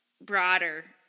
broader